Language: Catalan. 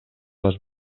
les